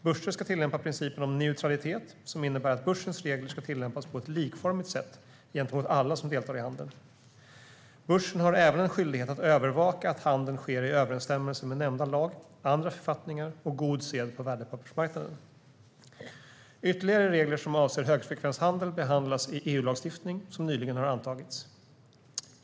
Börser ska tillämpa principen om neutralitet, som innebär att börsens regler ska tillämpas på ett likformigt sätt gentemot alla som deltar i handeln. Börsen har även en skyldighet att övervaka att handeln sker i överensstämmelse med nämnda lag, andra författningar och god sed på värdepappersmarknaden. Ytterligare regler som avser högfrekvenshandel behandlas i EU-lagstiftning som nyligen har antagits.